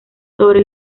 sobre